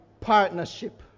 partnership